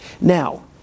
Now